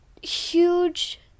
huge